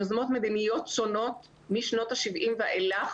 יוזמות מדיניות שונות משנות השבעים ואילך,